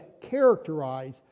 characterize